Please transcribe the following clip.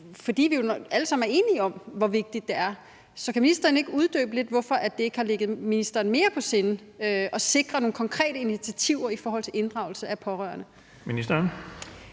fordi vi jo alle sammen er enige om, hvor vigtigt det er. Så kan ministeren ikke uddybe lidt, hvorfor det ikke har ligget ministeren mere på sinde at sikre nogle konkrete initiativer i forhold til inddragelse af pårørende?